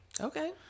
okay